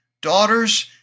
Daughters